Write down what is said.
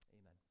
Amen